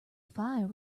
fire